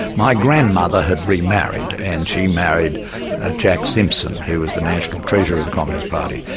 my grandmother had re-married and she married jack simpson, who was the national treasurer of the communist party.